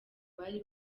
bari